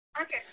Okay